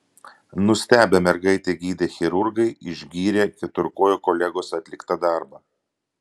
nustebę mergaitę gydę chirurgai išgyrė keturkojo kolegos atliktą darbą